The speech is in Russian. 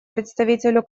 представителю